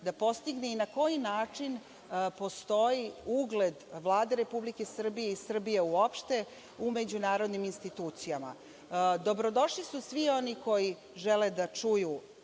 da postigne i na koji način postoji ugled Vlade Republike Srbije i Srbije uopšte u međunarodnim institucijama. Dobrodošli su svi oni koji žele da čuju,